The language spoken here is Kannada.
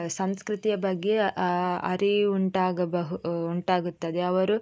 ಸಂಸ್ಕೃತಿಯ ಬಗ್ಗೆ ಅರಿವು ಉಂಟಾಗಬಹು ಉಂಟಾಗುತ್ತದೆ ಅವರು